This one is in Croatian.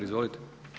Izvolite.